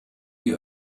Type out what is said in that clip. die